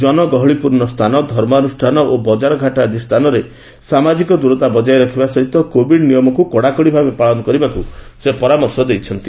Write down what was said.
ଜନଗହଳିପୂର୍ଶ୍ଣ ସ୍ଥାନ ଧର୍ମାନୁଷ୍ଠାନ ଓ ବଜାରଘାଟ ଆଦି ସ୍ଥାନରେ ସାମାଜିକ ଦିରତା ବଜାୟ ରଖିବା ସହିତ କୋଭିଡ ନିୟମକୁ କଡାକଡି ଭାବେ ପାଳନ କରିବାକୁ ସେ ପରାମର୍ଶ ଦେଇଛନ୍ତି